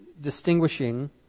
distinguishing